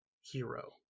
hero